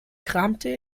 kramte